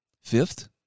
Fifth